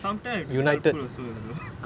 sometime I have to be helpful also you know